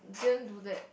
didn't do that